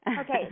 Okay